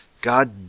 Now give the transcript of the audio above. God